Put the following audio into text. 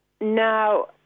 Now